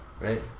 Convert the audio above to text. Right